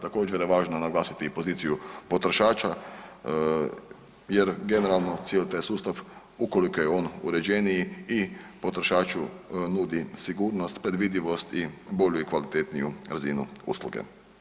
Također je važno naglasiti i poziciju potrošača jer generalno cijeli taj sustav ukoliko je on uređeniji i potrošaču nudi sigurnost, predvidivost i bolju i kvalitetniju razinu usluge.